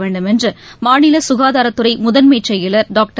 வேண்டும் என்று மாநில சுகாதாரத்துறை முதன்மைச் செயலர் டாக்டர்